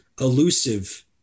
elusive